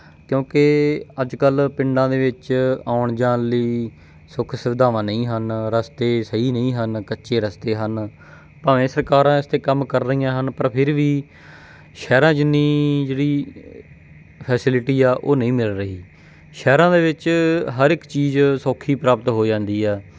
ਕਿਉਂਕਿ ਅੱਜ ਕੱਲ੍ਹ ਪਿੰਡਾਂ ਦੇ ਵਿੱਚ ਆਉਣ ਜਾਣ ਲਈ ਸੁੱਖ ਸੁਵਿਧਾਵਾਂ ਨਹੀਂ ਹਨ ਰਸਤੇ ਸਹੀ ਨਹੀਂ ਹਨ ਕੱਚੇ ਰਸਤੇ ਹਨ ਭਾਵੇਂ ਸਰਕਾਰਾਂ ਇਸ 'ਤੇ ਕੰਮ ਕਰ ਰਹੀਆਂ ਹਨ ਪਰ ਫਿਰ ਵੀ ਸ਼ਹਿਰਾਂ ਜਿੰਨੀ ਜਿਹੜੀ ਫੈਸਿਲਿਟੀ ਆ ਉਹ ਨਹੀਂ ਮਿਲ ਰਹੀ ਸ਼ਹਿਰਾਂ ਦੇ ਵਿੱਚ ਹਰ ਇੱਕ ਚੀਜ਼ ਸੌਖੀ ਪ੍ਰਾਪਤ ਹੋ ਜਾਂਦੀ ਆ